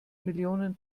millionen